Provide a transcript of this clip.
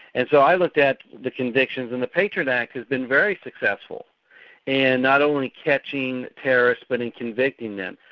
and so i look at the convictions, and the patriot act has been very successful in and not only catching terrorists but in convicting them.